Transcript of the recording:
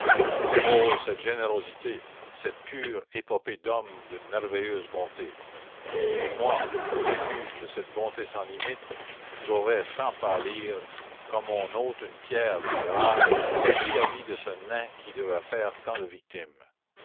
cette générosité cette pure épopée d'hommes d'une merveilleuse bonté et moi qu'on accuse de cette bonté sans limites j'aurais sans pâlir comme on ôte une pierre des rails pris la vie de ce nain qui devait faire tant de victimes